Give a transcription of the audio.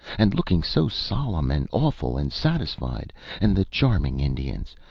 and looking so solemn and awful and satisfied and the charming indians,